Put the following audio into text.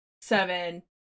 seven